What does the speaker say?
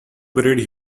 buried